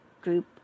group